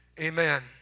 Amen